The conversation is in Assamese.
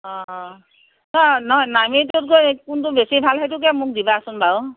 অঁ অঁ ন নহয় নামেৰীটোতকৈ কোনটো বেছি ভাল সেইটোকে মোক দিবাচোন বাৰু